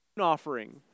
offering